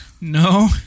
No